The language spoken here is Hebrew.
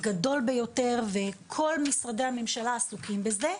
גדול ביותר וכל משרדי הממשלה עסוקים בזה.